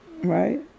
Right